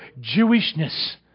Jewishness